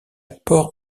port